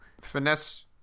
finesse